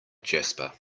jasper